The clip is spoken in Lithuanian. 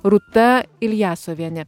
rūta iljasovienė